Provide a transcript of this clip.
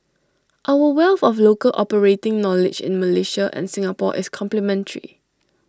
our wealth of local operating knowledge in Malaysia and Singapore is complementary